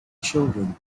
children